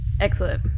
Excellent